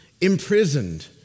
imprisoned